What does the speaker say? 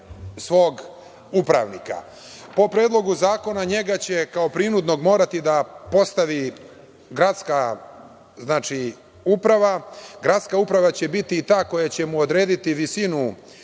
svog upravnika. Po Predlogu zakona, njega će, kao prinudnog, morati da postavi gradska uprava. Gradska uprava će biti ta koja će mu odrediti visinu